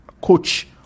coach